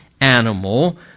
animal